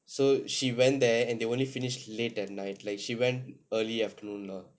so she went there and they only finished late at night like she went early afternoon lor